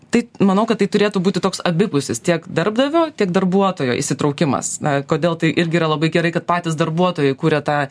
tai manau kad tai turėtų būti toks abipusis tiek darbdavio tiek darbuotojo įsitraukimas na kodėl tai irgi yra labai gerai kad patys darbuotojai kuria tą